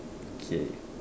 okay